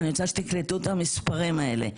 אני רוצה שתקלטו את המספרים האלה,